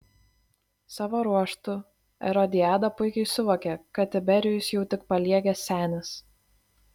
savo ruožtu erodiada puikiai suvokia kad tiberijus jau tik paliegęs senis